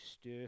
stir